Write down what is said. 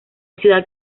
ciudad